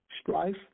strife